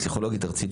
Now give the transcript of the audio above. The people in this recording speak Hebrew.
פסיכולוגית ארצית,